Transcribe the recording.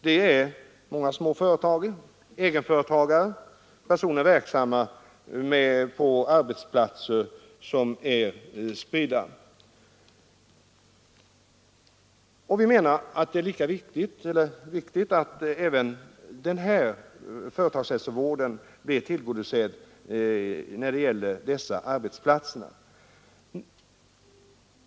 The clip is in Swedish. Det är de anställda i mindre företag, egenföretagare och personer verksamma inom företag med spridda arbetsplatser. Vi menar att det är viktigt att företagshälsovården blir tillgodosedd även när det gäller dessa arbetsplatser.